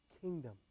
kingdom